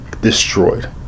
destroyed